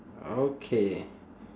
okay